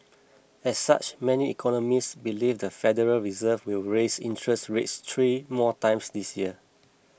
as such many economists believe the Federal Reserve will raise interest rates three more times this year